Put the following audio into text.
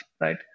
right